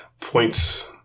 points